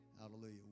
Hallelujah